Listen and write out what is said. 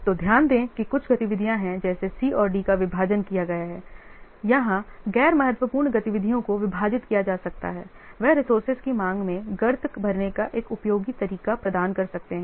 तो ध्यान दें कि कुछ गतिविधियाँ हैं जैसे C और D का विभाजन किया गया है जहाँ गैर महत्वपूर्ण गतिविधियों को विभाजित किया जा सकता है वे रिसोर्सेज की मांग में गर्त भरने का एक उपयोगी तरीका प्रदान कर सकते हैं